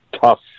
tough